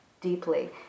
deeply